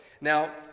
Now